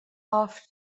off